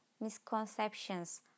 misconceptions